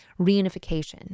Reunification